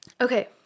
Okay